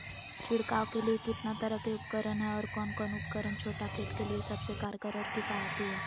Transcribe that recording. छिड़काव के लिए कितना तरह के उपकरण है और कौन उपकरण छोटा खेत के लिए सबसे कारगर और किफायती है?